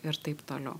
ir taip toliau